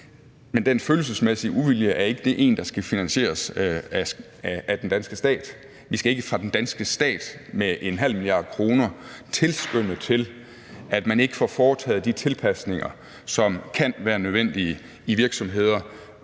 Men den følelsesmæssige uvilje er ikke en, der skal finansieres af den danske stat. Vi skal ikke fra den danske stats side med 0,5 mia. kr. tilskynde til, at man ikke får foretaget de tilpasninger, som kan være nødvendige i virksomheder,